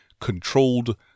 controlled